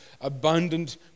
abundant